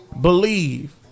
believe